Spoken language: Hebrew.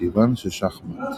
כיוון ששחמט